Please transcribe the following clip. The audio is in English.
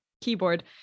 keyboard